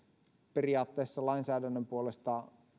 periaatteessa lainsäädännön puolesta